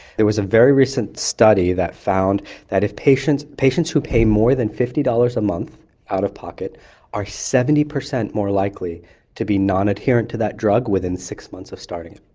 there was a very recent study that found that patients patients who pay more than fifty dollars a month out-of-pocket are seventy percent more likely to be non-adherent to that drug within six months of starting it.